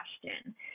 question